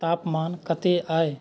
तापमान कते अहि